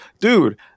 Dude